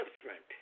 different